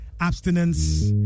abstinence